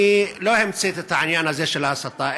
אני לא המצאתי את העניין הזה של ההסתה,